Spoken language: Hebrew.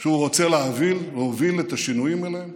שהוא רוצה להוביל את השינויים אליה,